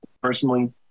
Personally